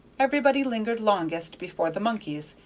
everybody lingered longest before the monkeys,